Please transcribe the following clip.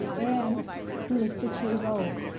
and he was six years old.